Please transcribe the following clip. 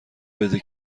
بده